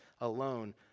alone